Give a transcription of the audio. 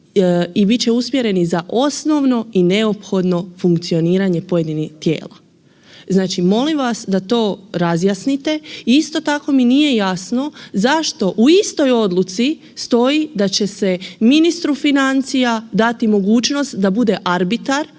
i bit će usmjereni za osnovno i neophodno funkcioniranje pojedinih tijela. Znači molim vas da to razjasnite. Isto tako mi nije jasno zašto u istoj odluci stoji da će se ministru financija dati mogućnost da bude arbitar